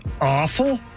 awful